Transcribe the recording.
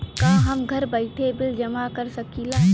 का हम घर बइठे बिल जमा कर शकिला?